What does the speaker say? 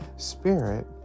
Spirit